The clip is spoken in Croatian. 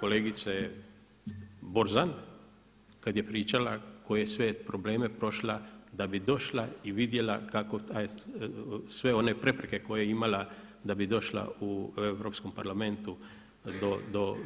Kolegica Borzan kad je pričala koje sve probleme prošla da bi došla i vidjela kako taj, sve one prepreke koje je imala da bi došla u Europskom parlamentu do